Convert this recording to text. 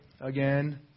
again